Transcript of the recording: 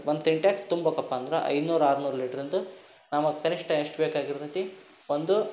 ಒಂದು ಸಿಂಟೆಕ್ಸ್ ತುಂಬೇಕಪ್ಪ ಅಂದ್ರೆ ಐನೂರು ಆರುನೂರು ಲೀಟ್ರಿಂದು ಹಾಂ ಮತ್ತೆ ಕನಿಷ್ಟ ಎಷ್ಟು ಬೇಕಾಗಿರ್ತೈತಿ ಒಂದು